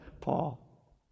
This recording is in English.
Paul